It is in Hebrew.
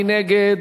מי נגד?